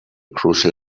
crucial